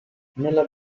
nella